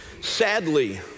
Sadly